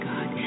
God